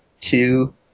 two